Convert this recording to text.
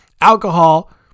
Alcohol